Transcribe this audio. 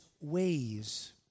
ways